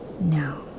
No